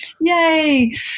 Yay